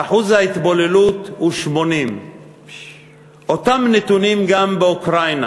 ואחוז ההתבוללות הוא 80%. אותם נתונים גם באוקראינה,